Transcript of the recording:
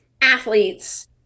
athletes